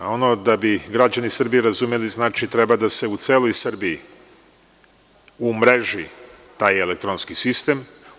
Da bi građani Srbije razumeli znači treba da se u celoj Srbiji, umreži taj elektronski sistem.